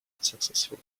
unsuccessful